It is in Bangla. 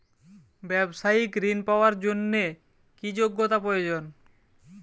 ব্যবসায়িক ঋণ পাওয়ার জন্যে কি যোগ্যতা প্রয়োজন?